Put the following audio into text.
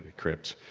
crypt,